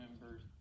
members